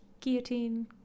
guillotine